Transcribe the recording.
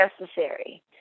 necessary